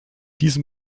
diesem